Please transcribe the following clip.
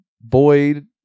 Boyd